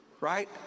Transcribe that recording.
right